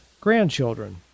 grandchildren